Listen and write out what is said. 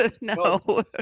No